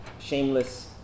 shameless